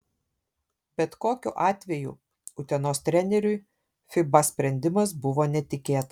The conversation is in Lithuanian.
bet kokiu atveju utenos treneriui fiba sprendimas buvo netikėtas